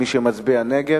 מי שמצביע נגד,